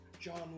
John